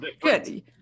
Good